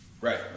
Right